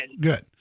Good